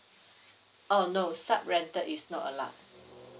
oh no sub rented is not allowed